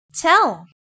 Tell